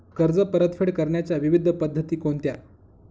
कर्ज परतफेड करण्याच्या विविध पद्धती कोणत्या?